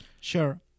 Sure